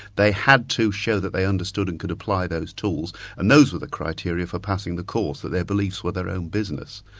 they had to show that they understood and could apply those tools, and those were the criteria for passing the course, that their beliefs were their own business.